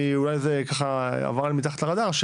אולי זה ככה עבר לי מתחת לרדאר,